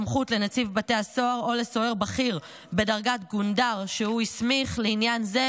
סמכות לנציב בתי הסוהר או לסוהר בכיר בדרגת גונדר שהוא הסמיך לעניין זה,